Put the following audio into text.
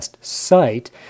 site